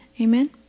amen